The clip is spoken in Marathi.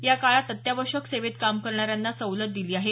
या काळात अत्यावश्यक सेवेत काम करणाऱ्यांना सवलत दिली आहे